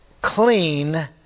clean